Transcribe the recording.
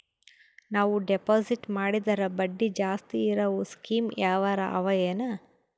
ನಾವು ಡೆಪಾಜಿಟ್ ಮಾಡಿದರ ಬಡ್ಡಿ ಜಾಸ್ತಿ ಇರವು ಸ್ಕೀಮ ಯಾವಾರ ಅವ ಏನ?